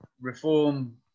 reform